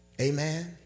Amen